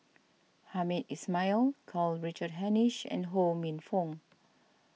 Hamed Ismail Karl Richard Hanitsch and Ho Minfong